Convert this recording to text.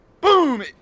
boom